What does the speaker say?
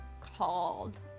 called